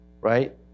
right